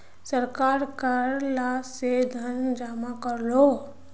सरकार कर ला से धन जमा करोह